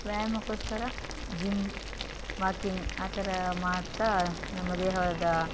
ವ್ಯಾಯಾಮಕ್ಕೋಸ್ಕರ gym walking ಆ ಥರ ಮಾಡ್ತಾ ನಮ್ಮ ದೇಹದ